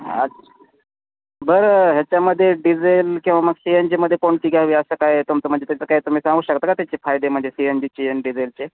आच बरं ह्याच्यामध्ये डिजेल किंवा मग सी एन जीमध्ये कोणती घ्यावी असं काय तुमचं म्हणजे त्याचं काय तुम्ही सांगू शकता का त्याचे फायदे म्हणजे सी एन जीचे आणि डिझेलचे